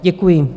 Děkuji.